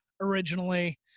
originally